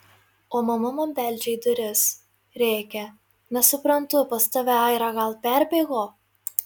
o mama man beldžia į duris rėkia nesuprantu pas tave aira gal perbėgo